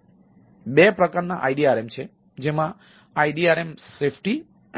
તેથી 2 પ્રકારના IDRM છે જેમાં IDRM સુરક્ષા